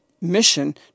mission